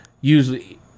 usually